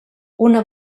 una